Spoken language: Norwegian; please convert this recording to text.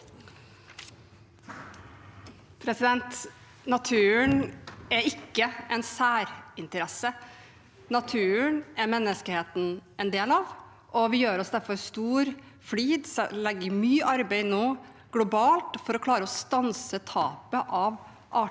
Naturen er ikke en særinteresse. Naturen er menneskeheten en del av, og vi gjør oss nå derfor stor flid og legger ned mye arbeid globalt for å klare å stanse tapet av arter